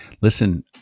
listen